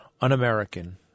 un-American